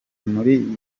muri